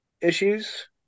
issues